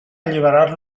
alliberar